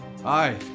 Hi